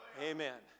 Amen